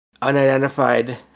Unidentified